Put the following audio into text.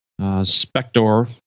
Spector